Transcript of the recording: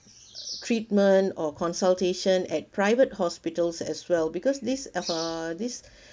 treatment or consultation at private hospitals as well because these uh these